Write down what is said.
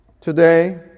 Today